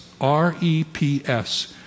R-E-P-S